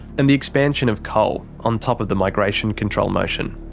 and the expansion of coal, on top of the migration control motion.